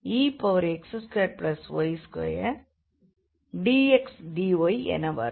என வரும்